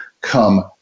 come